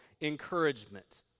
encouragement